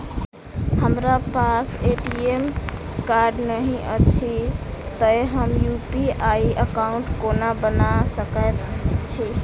हमरा पास ATM card नहि अछि तए हम यु.पी.आई एकॉउन्ट कोना बना सकैत छी